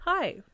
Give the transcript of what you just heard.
Hi